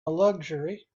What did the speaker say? luxury